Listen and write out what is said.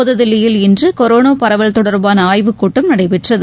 புதுதில்லியில் இன்று கொரோனா பரவல் தொடர்பான ஆய்வுக்கூட்டம் நடைபெற்றது